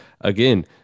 again